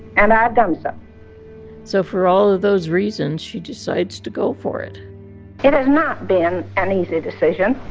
and done so so for all of those reasons, she decides to go for it it has not been an easy decision.